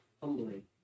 humbly